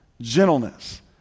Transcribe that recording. gentleness